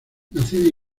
nacida